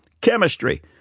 Chemistry